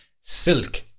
silk